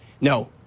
No